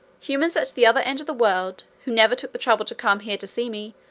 humans at the other end of the world, who never took the trouble to come here to see me,